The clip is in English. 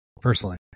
personally